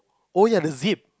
oh ya the zip